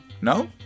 no